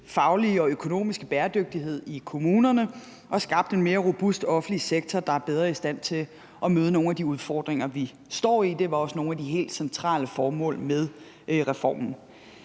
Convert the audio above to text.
faglige og økonomiske bæredygtighed i kommunerne, og at den har skabt en mere robust offentlig sektor, der er bedre i stand til at møde nogle af de udfordringer, vi står i, og det var også nogle af de helt centrale formål med reformen.